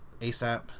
ASAP